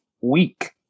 week